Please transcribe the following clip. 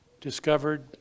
discovered